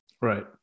Right